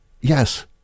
Yes